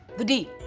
the d.